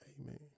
Amen